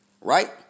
right